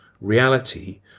reality